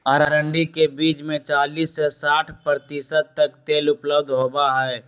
अरंडी के बीज में चालीस से साठ प्रतिशत तक तेल उपलब्ध होबा हई